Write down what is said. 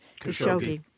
Khashoggi